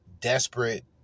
desperate